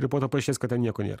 ir po to paaiškės kad ten nieko nėr